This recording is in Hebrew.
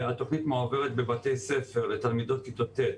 התוכנית מועברת בבתי ספר לתלמידות כיתות ט',